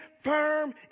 firm